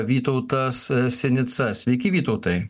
vytautas sinica sveiki vytautai